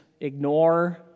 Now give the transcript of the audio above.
ignore